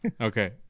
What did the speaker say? Okay